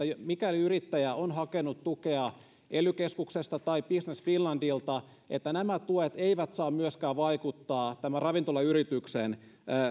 mikäli yrittäjä on hakenut tukea ely keskuksesta tai business finlandilta nämä tuet eivät saa vaikuttaa tämän ravintolayrityksen